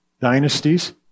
dynasties